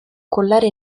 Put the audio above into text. collare